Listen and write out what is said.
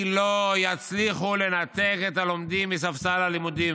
כי לא יצליחו לנתק את הלומדים מספסל הלימודים.